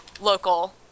local